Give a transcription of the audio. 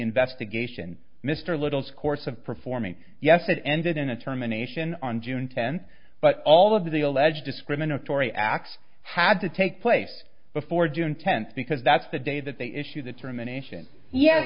investigation mr little's course of performing yes it ended in a termination on june tenth but all of the alleged discriminatory acts had to take place before june tenth because that's the day that they issued its rumination ye